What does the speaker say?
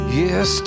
yes